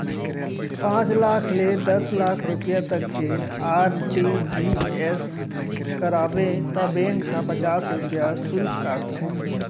पॉंच लाख ले दस लाख रूपिया तक के आर.टी.जी.एस कराबे त बेंक ह पचास रूपिया सुल्क काटथे